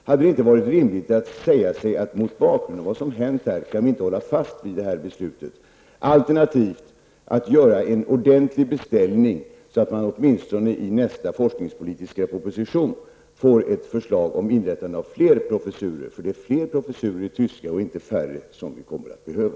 Hade det inte varit rimligt att säga sig att mot bakgrund av vad som hänt kan vi inte hålla fast vid det beslutet, alternativt att göra en ordentlig beställning så att vi åtminstone i nästa forskningspolitiska proposition får ett förslag om inrättande av fler professurer? Det är fler professurer i tyska och inte färre som vi kommer att behöva.